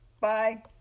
Bye